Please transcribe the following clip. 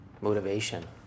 motivation